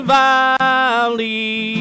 valley